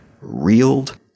reeled